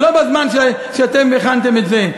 לא בזמן שאתם הכנתם את זה.